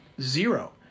Zero